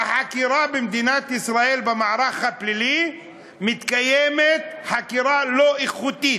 במדינת ישראל במערך הפלילי מתקיימת חקירה לא איכותית.